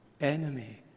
enemy